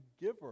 giver